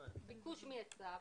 ביקוש מהיצע,